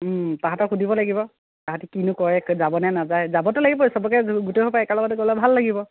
তাহাঁতক সুধিব লাগিব তাহাঁতে কিনো কৰে যাবনে নাযায় যাবতো লাগিবই সবকে গোটেইসোপা একেলগতে গ'লে ভাল লাগিব